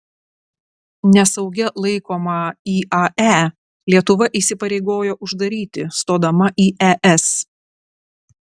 nesaugia laikomą iae lietuva įsipareigojo uždaryti stodama į es